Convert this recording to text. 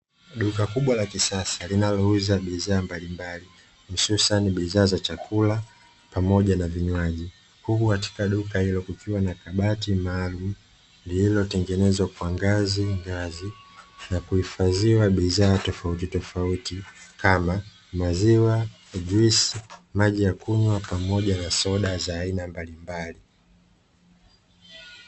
Duka kubwa la kisasa linalouza bidhaa mbalimbali hususani la chakula pamoja na vinywaji. Huku katika duka ilo kukiwa na kabati maalum, lililotengenezwa kwa ngazi ngazi na kuhifadhi bidhaa tofauti tofauti . Kama; maziwa, juisi, maji ya kunywa pamoja na soda za aina mbalimbali .